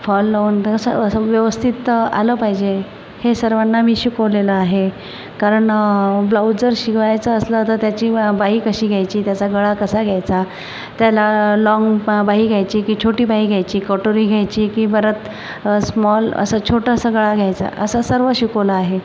fall लावून व्यवसाय अ व्यवस्थित आलं पाहिजे हे सर्वांना मी शिकवलेलं आहे कारण ब्लाऊज जर शिवायचा असला तर त्याची बाही कशी घ्यायची त्याचा गळा घ्यायचा त्याला लॉन्ग बा बाही घ्यायची की छोटी बाही घ्यायची कटोरी घ्यायची की परत स्मॉल असं छोटासा गळा घ्यायचा असं सर्व शिकवलं आहे